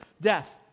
death